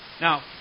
Now